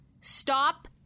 Stop